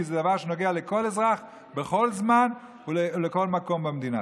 כי זה דבר שנוגע לכל אזרח בכל זמן ובכל מקום במדינה.